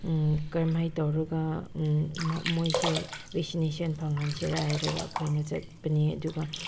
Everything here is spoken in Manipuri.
ꯀꯔꯝꯍꯥꯏꯅ ꯇꯧꯔꯒ ꯃꯣꯏꯁꯦ ꯚꯦꯁꯤꯅꯦꯁꯟ ꯐꯪꯍꯟꯁꯤꯔ ꯍꯥꯏꯔꯒ ꯑꯩꯈꯣꯏꯅ ꯆꯠꯄꯅꯦ ꯑꯗꯨꯒ